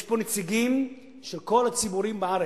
ויש פה נציגים של כל הציבורים בארץ.